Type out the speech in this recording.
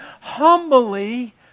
humbly